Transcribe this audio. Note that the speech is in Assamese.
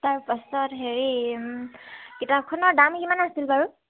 তাৰপাছত হেৰি কিতাপখনৰ দাম কিমান আছিল বাৰু